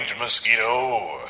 Mosquito